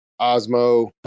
Osmo